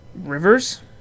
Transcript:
rivers